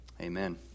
Amen